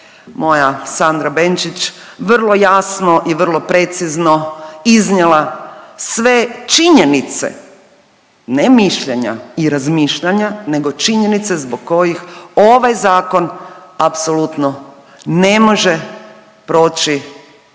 moja Sandra Benčić vrlo jasno i vrlo precizno iznijela sve činjenice, ne mišljenja i razmišljanja, nego činjenice zbog kojih ovaj zakon apsolutno ne može proći